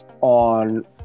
on